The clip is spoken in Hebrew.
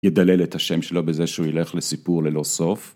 ידלל את השם שלו בזה שהוא ילך לסיפור ללא סוף.